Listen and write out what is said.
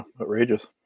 outrageous